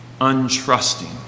Untrusting